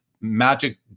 magic